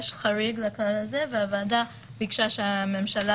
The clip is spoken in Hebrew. יש חריג לכלל הזה והוועדה ביקשה שהממשלה